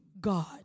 God